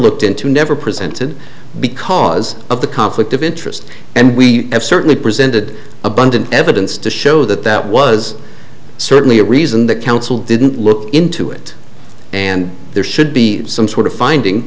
looked into never presented because of the conflict of interest and we have certainly presented abundant evidence to show that that was certainly a reason the council didn't look into it and there should be some sort of finding